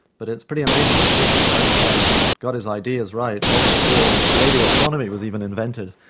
but it's pretty amazing to think that einstein got his ideas right long before radio astronomy was even invented,